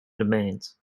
domains